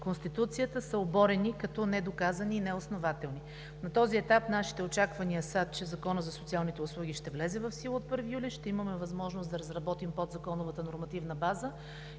Конституцията, са оборени като недоказани и неоснователни. На този етап нашите очаквания са, че Законът за социалните услуги ще влезе в сила от 1 юли, ще имаме възможност да разработим подзаконовата нормативна база